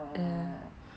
oh